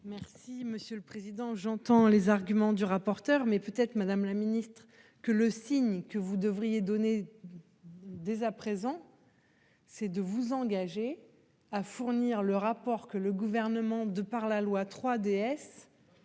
Merci, monsieur le Président, j'entends les arguments du rapporteur mais peut-être Madame la Ministre que le signe que vous devriez donner. Dès à présent. C'est de vous engager à fournir le rapport que le gouvernement de par la loi 3DS.